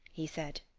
he said,